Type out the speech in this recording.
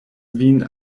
vin